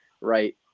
right